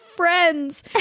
friends